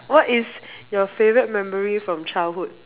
what is your favorite memory from childhood